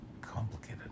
complicated